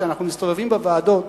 כשאנחנו מסתובבים בוועדות,